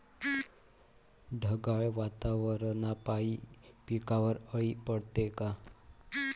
ढगाळ वातावरनापाई पिकावर अळी पडते का?